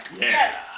Yes